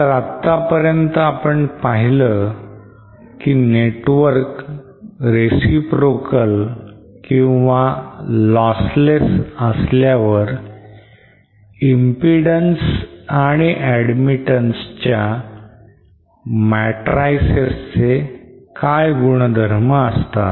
तर आतापर्यंत आपण पाहिलं की network reciprocal or lossless असल्यावर impedance and admittanceच्या matrices चे काय गुणधर्म असतात